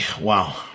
wow